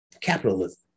capitalism